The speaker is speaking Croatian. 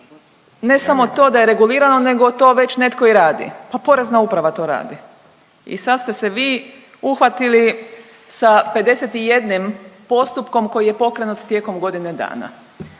ne samo to da je regulirano, nego to već netko i radi. Pa Porezna uprava to radi i sad ste se vi uhvatili sa 51 postupkom koji je pokrenut tijekom godine dana.